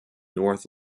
north